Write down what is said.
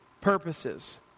purposes